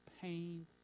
pain